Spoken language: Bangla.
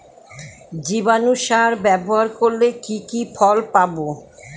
জীবাণু সার ব্যাবহার করলে কি কি ফল পাবো?